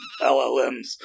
LLMs